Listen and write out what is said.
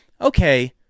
okay